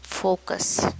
focus